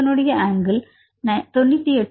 அதனுடைய அங்கிள் 98